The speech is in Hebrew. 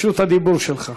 רשות הדיבור שלך.